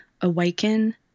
awaken